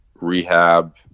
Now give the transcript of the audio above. Rehab